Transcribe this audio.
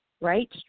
right